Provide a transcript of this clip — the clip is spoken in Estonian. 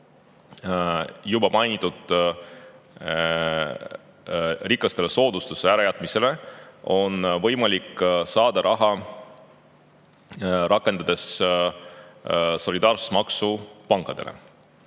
juba mainitud rikaste soodustuse ärajätmisele on võimalik saada raha, rakendades solidaarsusmaksu pankadele.